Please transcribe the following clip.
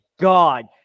God